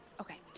Okay